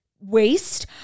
waste